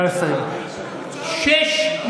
אני רק שואל שאלת הבהרה, שיחידות המימון, בסדר.